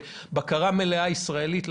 בבקרה מלאה ישראלית.